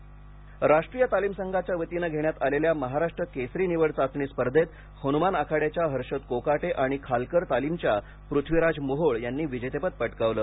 कस्ती राष्ट्रीय तालीम संघाच्या वतीने घेण्यात आलेल्या महाराष्ट्र केसरी निवड चाचणी स्पर्धेत हनुमान आखाड्याच्या हर्षद कोकाटे आणि खालकर तालीमच्या पृथ्वीराज मोहोळ यांनी विजेतेपद पटकावले